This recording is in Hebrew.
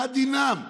מה דינם,